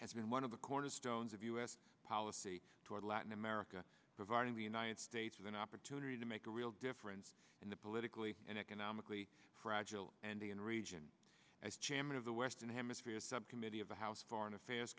has been one of the cornerstones of u s policy toward latin america providing the united states with an opportunity to make a real difference in the politically and economically fragile andean region as chairman of the western hemisphere subcommittee of the house foreign affairs